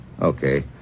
Okay